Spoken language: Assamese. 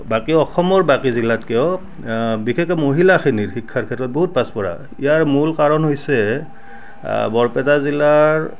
বাকী অসমৰ বাকী জিলাতকৈও বিশেষকৈ মহিলাখিনিৰ শিক্ষাৰ ক্ষেত্ৰত বহুত পাচপৰা ইয়াৰ মূল কাৰণ হৈছে আ বৰপেটা জিলাৰ